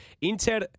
Inter